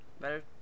Better